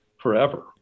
forever